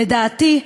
לדעתי,